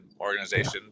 Organization